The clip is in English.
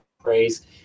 praise